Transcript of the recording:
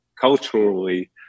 culturally